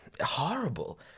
horrible